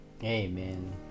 amen